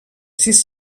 sis